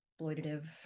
exploitative